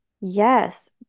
Yes